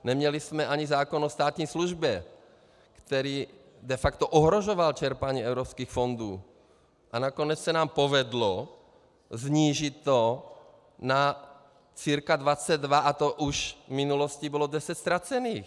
Neměli jsme ani zákon o státní službě, který de facto ohrožoval čerpání evropských fondů, a nakonec se nám povedlo snížit to na cca 22, a to už v minulosti bylo 10 ztracených.